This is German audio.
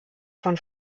von